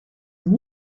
een